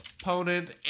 opponent